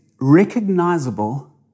recognizable